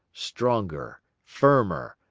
stronger, firmer,